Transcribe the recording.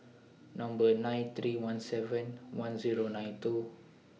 Number nine three one seven one Zero nine two